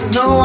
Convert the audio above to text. no